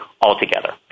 altogether